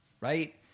right